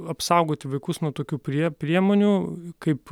apsaugoti vaikus nuo tokių prie priemonių kaip